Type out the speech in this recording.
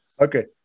okay